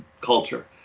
culture